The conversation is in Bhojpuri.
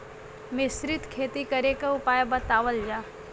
मिश्रित खेती करे क उपाय बतावल जा?